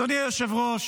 אדוני היושב-ראש,